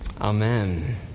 amen